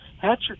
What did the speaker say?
Hatcher